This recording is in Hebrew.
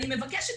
אני מבקשת,